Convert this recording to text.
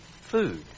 food